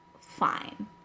fine